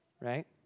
right